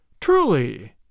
Truly